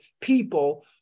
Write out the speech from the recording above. people